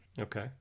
Okay